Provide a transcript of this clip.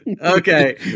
Okay